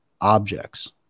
objects